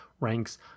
ranks